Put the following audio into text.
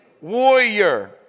warrior